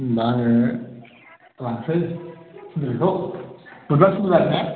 होनबा आङो लांनोसै सेन्देलखौ बुधबार सुनिबार ने